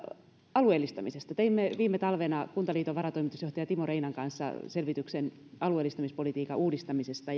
alueellistamisesta teimme viime talvena kuntaliiton varatoimitusjohtaja timo reinan kanssa selvityksen alueellistamispolitiikan uudistamisesta